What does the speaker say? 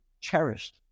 cherished